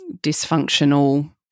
dysfunctional